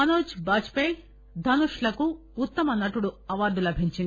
Manoj Bajpayee Dhanush లకు ఉత్తమ నటుడు అవార్డు లభించింది